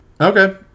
Okay